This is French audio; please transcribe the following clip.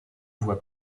voie